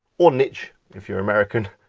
or niche, if you're american,